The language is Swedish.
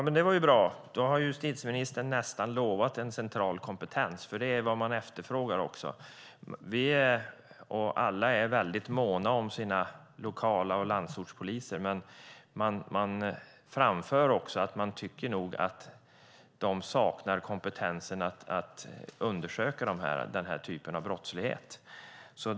Herr talman! Så bra. Då har justitieministern nästan lovat en central kompetens. Det är vad man efterfrågar. Alla är måna om den lokala polisen och landsortspolisen, men man framför också att man tycker att de saknar kompetens att undersöka den här typen av brottslighet.